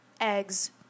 eggs